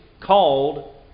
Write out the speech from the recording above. called